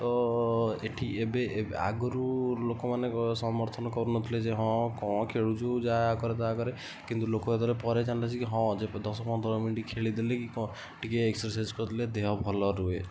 ତ ଏଠି ଏବେ ଆଗରୁ ଲୋକମାନେ ସମର୍ଥନ କରୁନଥିଲେ ଯେ ହଁ କ'ଣ ଖେଳୁଛୁ ଯା ଆ କରେ ତା କରେ କିନ୍ତୁ ଲୋକ ପରେ ଜାଣିଲେ ଯେ କି ହଁ ଯେ ଦଶ ପନ୍ଦର ମିନିଟ୍ ଖେଳିଦେଲେ କି କ'ଣ ଟିକେ ଏକ୍ସରସାଇଜ୍ କରିଲେ ଦେହ ଭଲ ରୁହ